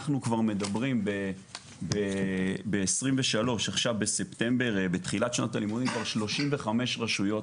אנחנו כבר מדברים ב-2023 עכשיו בספטמבר בתחילת שנת לימודים - 35 רשויות,